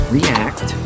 React